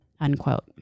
unquote